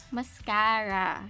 Mascara